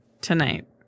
tonight